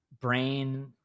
brain